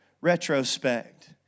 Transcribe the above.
retrospect